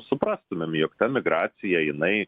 suprastumėm jog ta migracija jinai